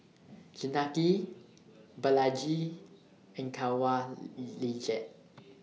Janaki Balaji and Kanwaljit